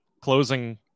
closing